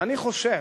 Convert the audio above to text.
ואני חושב